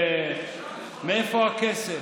מאיפה הכסף